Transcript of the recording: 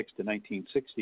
1960